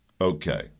Okay